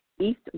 East